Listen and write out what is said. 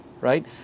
right